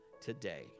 today